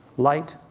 light,